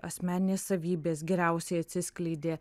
asmeninės savybės geriausiai atsiskleidė